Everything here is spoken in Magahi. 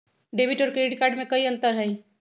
डेबिट और क्रेडिट कार्ड में कई अंतर हई?